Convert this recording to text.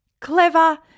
clever